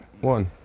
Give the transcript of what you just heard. one